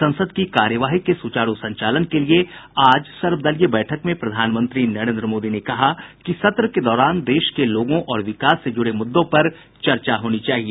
संसद की कार्यवाही के सुचारू संचालन के लिए आज सर्वदलीय बैठक में प्रधानमंत्री नरेन्द्र मोदी ने कहा कि सत्र के दौरान देश के लोगों और विकास से जुड़े मुद्दों पर चर्चा होनी चाहिए